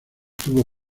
tuvo